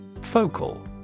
Focal